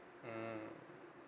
mmhmm